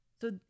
So-